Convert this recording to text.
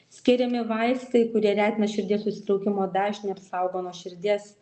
skiriami vaistai kurie retina širdies susitraukimo dažnį apsaugo nuo širdies